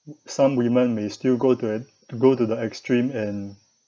some women may still go to at to go to the extreme and